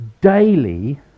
daily